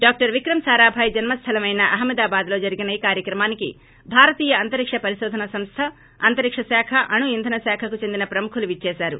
doctor Vikram Sarabhai జన్మస్థలం Ahmedabad లో జరిగిన ఈ కార్యక్రమానికి భారతీయ అంతరిక్ష ేపరిశోధన సంస్థ అంతరిక్ష శాఖ అణు ఇంధన శాఖకు చెందిన ప్రముఖులు విచ్చేశారు